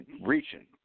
reaching